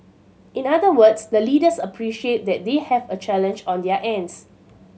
in other words the leaders appreciate that they have a challenge on their ends